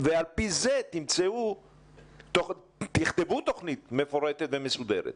ועל פי זה תכתבו תוכנית מפורטת ומסודרת.